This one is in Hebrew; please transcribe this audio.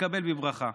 יתקבל בברכה.